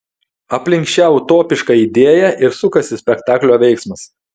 aplink šią utopišką idėją ir sukasi spektaklio veiksmas